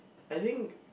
I think